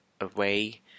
away